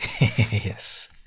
Yes